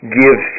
give